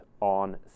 on